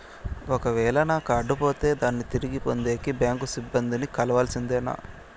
ఒక వేల నా కార్డు పోతే దాన్ని తిరిగి పొందేకి, బ్యాంకు సిబ్బంది ని కలవాల్సిందేనా?